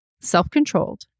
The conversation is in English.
self-controlled